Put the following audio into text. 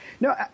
no